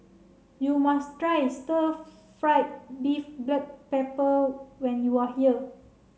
you must try stir fried beef black pepper when you are here